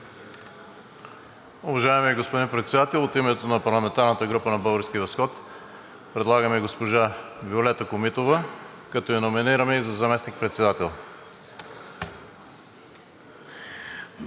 Уважаеми господин Председател, от името на парламентарната група „Български възход“ предлагаме госпожа Виолета Комитова, като я номинираме и за заместник-председател.